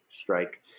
strike